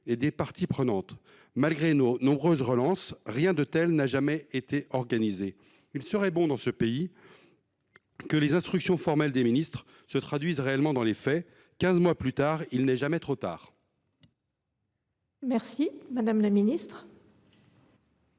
et parties prenantes ». Malgré nos nombreuses relances, rien de tel n’a jamais été organisé. Il serait bon dans ce pays que les instructions formelles des ministres se traduisent réellement dans les faits. Quinze mois plus tard, il n’est jamais trop tard ! La parole est